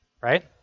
right